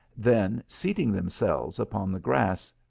then seating themselves upon the grass,